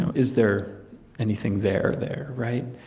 and is there anything there, there'? right?